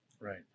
Right